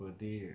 per day leh